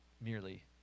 merely